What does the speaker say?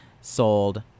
sold